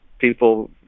people